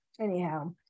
anyhow